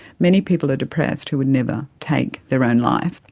many people are depressed who would never take their own life.